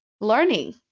learning